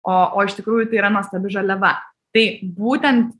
o o iš tikrųjų tai yra nuostabi žaliava tai būtent